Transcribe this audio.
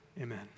Amen